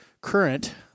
current